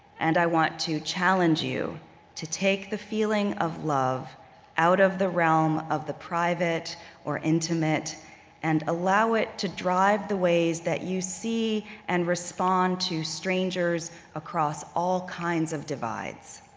and i want to challenge you to take the feeling of love out of the realm of the private or intimate and allow it to drive the ways that you see and respond to strangers across all kinds of divides.